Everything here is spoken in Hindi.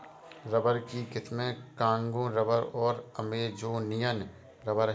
रबर की किस्में कांगो रबर और अमेजोनियन रबर हैं